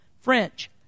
French